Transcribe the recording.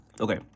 Okay